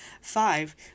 five